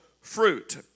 fruit